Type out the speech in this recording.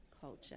culture